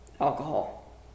alcohol